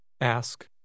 Ask